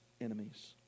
enemies